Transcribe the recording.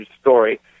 Story